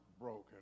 broken